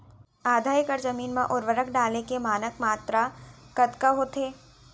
आधा एकड़ जमीन मा उर्वरक डाले के मानक मात्रा कतका होथे?